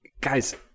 guys